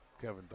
Kevin